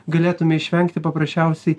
galėtume išvengti paprasčiausiai